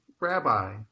Rabbi